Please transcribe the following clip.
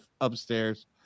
upstairs